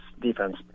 defense